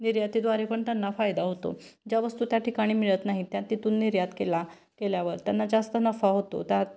निर्यातीद्वारे पण त्यांना फायदा होतो ज्या वस्तू त्या ठिकाणी मिळत नाही त्या तिथून निर्यात केला केल्यावर त्यांना जास्त नफा होतो त्यात